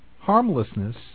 harmlessness